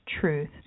truth